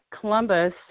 Columbus